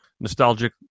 nostalgic